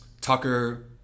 Tucker